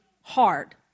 hard